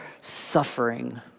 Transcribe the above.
suffering